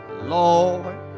Lord